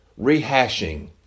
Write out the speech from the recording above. rehashing